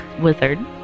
wizard